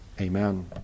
Amen